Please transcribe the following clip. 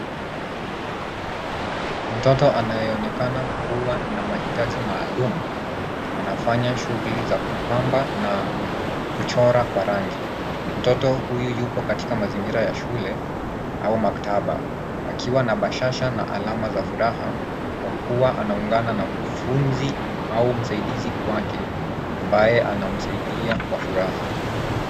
Mtoto anayeonekana kuwa na mahitaji maalum anafanya shughuli za kupamba na kuchora kwa rangi. Mtoto huyu yupo katika mazingira ya shule au maktaba akiwa na bashasha na alama za furaha kwa kuwa anaungana na mfunzi au masaidizi wake ambaye anamsaidia kwa furaha.